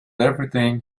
everything